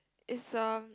is um